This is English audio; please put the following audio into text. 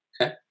Okay